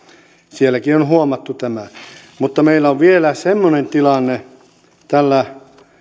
sielläkin on huomattu tämä mutta meillä on vielä semmoinen tilanne tällä